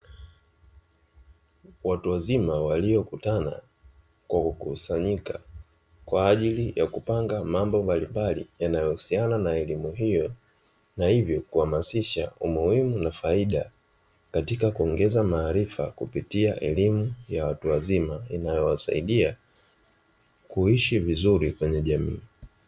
Watu wazima waliokutana kwa kukusanyika, kwa ajili ya kupanga mambo mbalimbali yanayohusiana na elimu hiyo. Na hivyo kuhamasisha umuhimu na faida katika kuongeza maarifa, kupitia elimu ya watu wazima yanayowasaidia kuishi vizuri kwenye jamii.